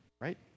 right